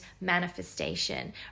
manifestation